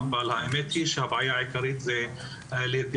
אבל האמת היא שהבעיה העיקרית היא להתגבר